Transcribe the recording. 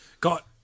Got